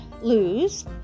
lose